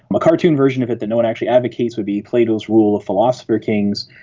a cartoon version of it that no one actually advocates would be plato's rule of philosopher kings.